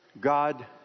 God